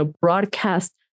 broadcast